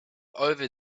over